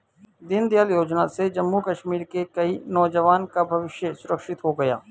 दीनदयाल योजना से जम्मू कश्मीर के कई नौजवान का भविष्य सुरक्षित हो गया